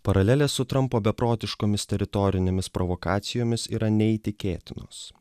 paralelės su trampo beprotiškomis teritorinėmis provokacijomis yra neįtikėtinos